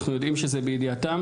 אנחנו יודעים שזה בידיעתם.